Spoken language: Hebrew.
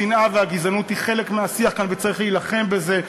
השנאה והגזענות הן חלק מהשיח כאן וצריך להילחם בזה.